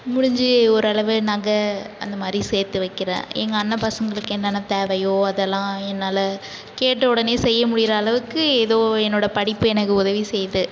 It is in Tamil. முடிஞ்சு ஓரளவு நகை அந்த மாரி சேர்த்து வைக்கிறேன் எங்கள் அண்ணன் பசங்களுக்கு என்னென்ன தேவையோ அதெல்லாம் என்னால் கேட்டவொடனேயே செய்ய முடியுற அளவுக்கு ஏதோ என்னோட படிப்பு எனக்கு உதவி செய்து